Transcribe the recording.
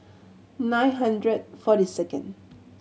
nine hundred forty second